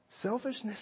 Selfishness